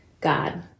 God